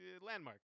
Landmark